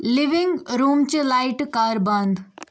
living روٗمچہِ لایٹہٕ کر بند